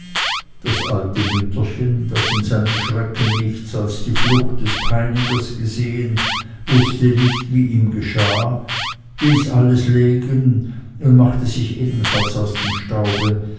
das alte mütterchen das in seinem schrecken nichts als die flucht des peinigers gesehen wußte nicht wie ihm geschah ließ alles liegen und machte sich ebenfalls aus dem staube